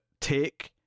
take